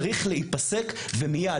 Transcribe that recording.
צריך להיפסק ומיד,